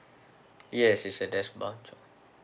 yes it's a deskbound job